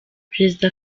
perezida